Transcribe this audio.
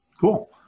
cool